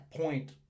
point